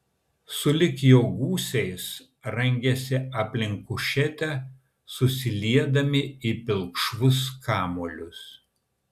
sulig jo gūsiais rangėsi aplink kušetę susiliedami į pilkšvus kamuolius